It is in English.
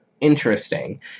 interesting